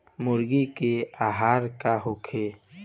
मुर्गी के आहार का होखे?